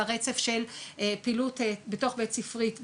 על הרצף של פעילות תוך בית ספרית,